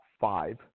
five